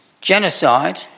Genocide